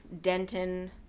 Denton